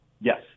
Yes